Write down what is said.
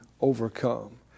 overcome